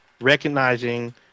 recognizing